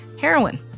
heroin